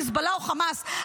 חיזבאללה או חמאס.